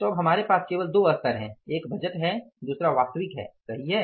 तो अब हमारे पास केवल दो स्तर हैं एक बजट है दूसरा वास्तविक है सही है